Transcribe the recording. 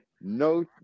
No